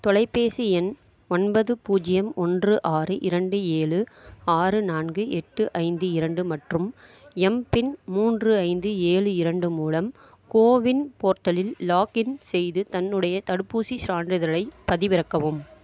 தொலைபேசி எண் ஒன்பது பூஜ்ஜியம் ஒன்று ஆறு இரண்டு ஏழு ஆறு நான்கு எட்டு ஐந்து இரண்டு மற்றும் எம்பின் மூன்று ஐந்து ஏழு இரண்டு மூலம் கோவின் போர்ட்டலில் லாக்இன் செய்து என்னுடைய தடுப்பூசிச் சான்றிதழைப் பதிவிறக்கவும்